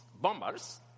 bombers